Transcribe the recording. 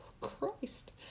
Christ